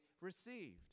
received